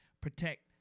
protect